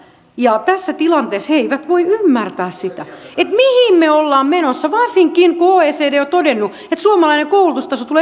ja tässä tilanteessa he eivät voi ymmärtää sitä mihin me olemme menossa varsinkin kun oecd on todennut että suomalainen koulutustaso tulee pysähtymään